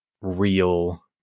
real